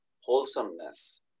wholesomeness